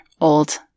old